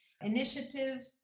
initiative